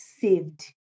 saved